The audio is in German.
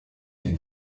den